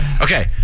Okay